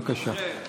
בבקשה.